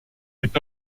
est